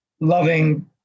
loving